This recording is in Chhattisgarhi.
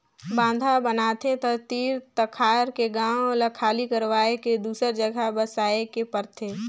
बांधा बनाथे त तीर तखार के गांव ल खाली करवाये के दूसर जघा बसाए के परथे